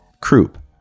croup